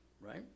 right